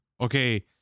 Okay